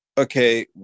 Okay